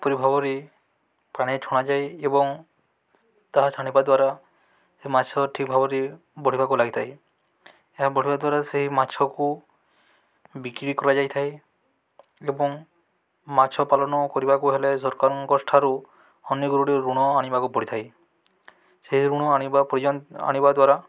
ପରି ଭାବରେ ପାଣି ଛଣାାଯାଏ ଏବଂ ତାହା ଛାଣିବା ଦ୍ୱାରା ମାଛ ଠିକ୍ ଭାବରେ ବଢ଼ିବାକୁ ଲାଗିଥାଏ ଏହା ବଢ଼ିବା ଦ୍ୱାରା ସେହି ମାଛକୁ ବିକ୍ରି କରାଯାଇଥାଏ ଏବଂ ମାଛ ପାଳନ କରିବାକୁ ହେଲେ ସରକାରଙ୍କ ଠାରୁ ଅନେକ ଗୁରୁଡ଼ିଏ ଋଣ ଆଣିବାକୁ ପଡ଼ିଥାଏ ସେହି ଋଣ ଆଣିବା ପାର୍ଯ୍ୟନ୍ତ ଆଣିବା ଦ୍ୱାରା